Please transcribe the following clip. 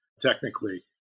technically